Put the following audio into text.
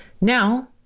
Now